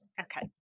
Okay